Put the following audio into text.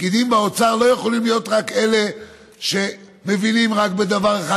פקידים באוצר לא יכולים להיות אלה שמבינים רק בדבר אחד,